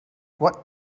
what